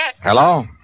Hello